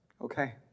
okay